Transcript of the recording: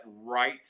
right